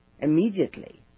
immediately